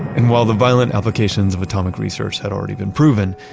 and while the violent applications of atomic research had already been proven,